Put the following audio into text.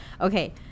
Okay